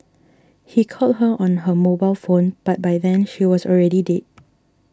he called her on her mobile phone but by then she was already dead